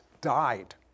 died